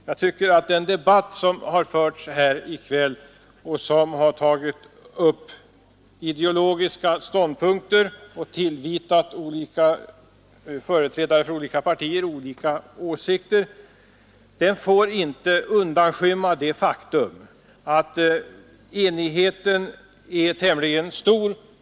Jag tycker att den debatt som förts här i kväll och som tagit upp ideologiska ståndpunkter och tillvitat företrädare för olika partier olika åsikter inte får undanskymma det faktum att enigheten är tämligen stor.